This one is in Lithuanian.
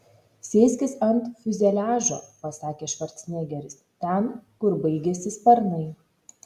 sėskis ant fiuzeliažo pasakė švarcnegeris ten kur baigiasi sparnai